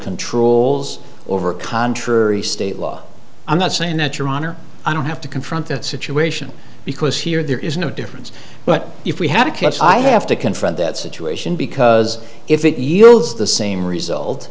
controls over contrary state law i'm not saying that your honor i don't have to confront that situation because here there is no difference but if we have a catch i have to confront that situation because if it yields the same result